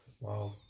Wow